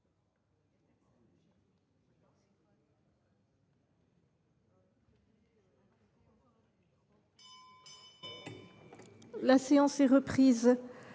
La séance est reprise.